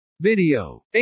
Video